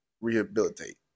rehabilitate